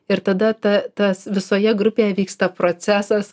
ir tada ta tas visoje grupėje vyksta procesas